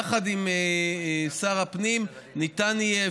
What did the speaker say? יחד עם שר הפנים ניתן יהיה,